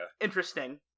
interesting